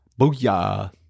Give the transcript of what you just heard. Booyah